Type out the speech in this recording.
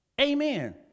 Amen